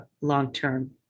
long-term